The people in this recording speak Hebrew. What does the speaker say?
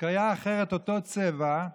וסוכרייה אחרת באותו צבע.